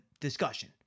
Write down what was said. discussion